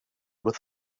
with